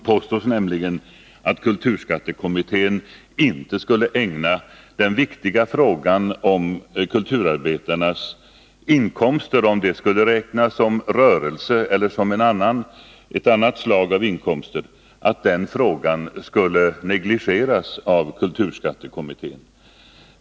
I motion 1980/81:949 påstås nämligen att den viktiga frågan huruvida kulturarbetarnas inkomster skall räknas som inkomst av rörelse eller som ett annat slag av inkomst skulle negligeras av kulturskattekommittén.